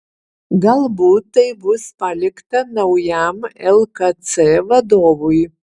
galbūt tai bus palikta naujam lkc vadovui